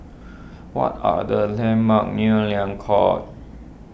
what are the landmarks near Liang Court